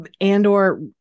Andor